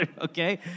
Okay